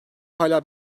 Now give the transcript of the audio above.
hala